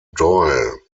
doyle